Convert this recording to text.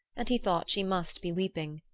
and he thought she must be weeping.